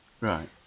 Right